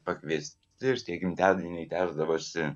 pakviesti ir tie gimtadieniai tęsdavosi